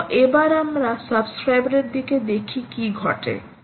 এসো এবার আমরা সাবস্ক্রাইবার এর দিকে দেখি কী ঘটে